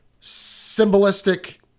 symbolistic